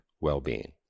well-being